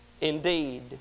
indeed